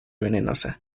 venenosa